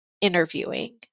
interviewing